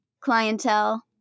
clientele